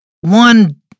one